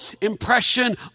impression